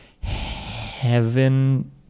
Heaven